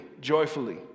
joyfully